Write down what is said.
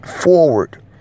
forward